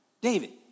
David